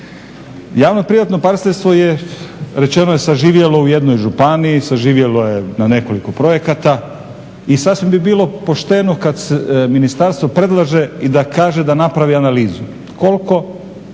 Javno-privatno partnerstvo je rečeno je saživjelo u jednoj županiji, saživjelo je na nekoliko projekata i sasvim bi bilo pošteno kad ministarstvo predlaže i da kaže da napravi analizu, koliko